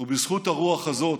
ובזכות הרוח הזאת,